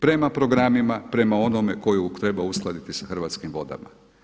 Prema programima, prema onome koju treba uskladiti s Hrvatskim vodama.